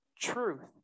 truth